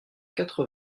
quatre